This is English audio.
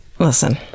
listen